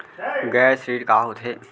गैर ऋण का होथे?